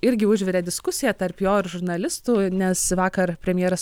irgi užvirė diskusija tarp jo ir žurnalistų nes vakar premjeras